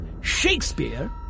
Shakespeare